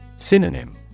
Synonym